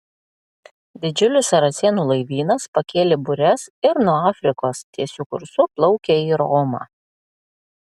didžiulis saracėnų laivynas pakėlė bures ir nuo afrikos tiesiu kursu plaukia į romą